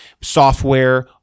Software